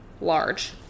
large